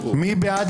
מי בעד